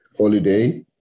holiday